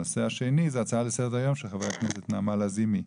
הנושא השני זה הצעה לסדר היום של חברת הכנסת נעמה לזימי,